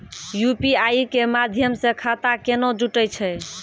UPI के माध्यम से खाता केना जुटैय छै?